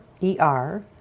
E-R